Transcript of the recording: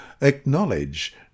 acknowledge